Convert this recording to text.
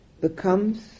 becomes